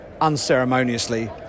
unceremoniously